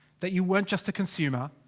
that you weren't just a consumer.